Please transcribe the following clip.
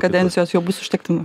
kadencijos jau bus užtektina